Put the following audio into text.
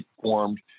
formed